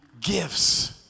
gifts